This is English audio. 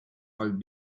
old